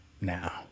Now